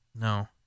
No